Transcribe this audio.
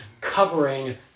covering